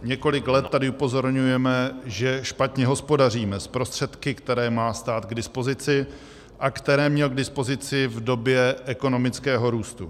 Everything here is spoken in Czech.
Několik let tady upozorňujeme, že špatně hospodaříme s prostředky, které má stát k dispozici a které měl k dispozici v době ekonomického růstu.